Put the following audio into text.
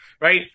right